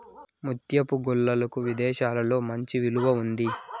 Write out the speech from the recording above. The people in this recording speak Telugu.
ముత్యపు గుల్లలకు విదేశాలలో మంచి విలువ ఉంది